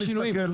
יש שינויים.